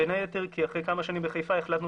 בין היתר כי אחרי כמה שנים בחיפה החלטנו